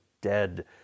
dead